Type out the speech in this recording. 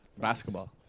Basketball